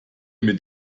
mit